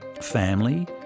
family